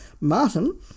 Martin